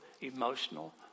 emotional